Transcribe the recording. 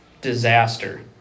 disaster